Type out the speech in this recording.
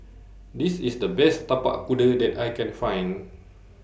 This IS The Best Tapak Kuda that I Can Find